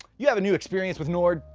you have a new experience with nord,